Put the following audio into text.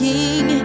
King